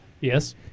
yes